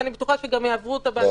ואני בטוחה שגם יעברו אותה בהליכה.